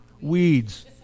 Weeds